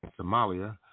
Somalia